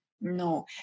No